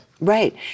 Right